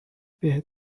بهت